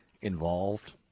involved